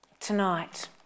Tonight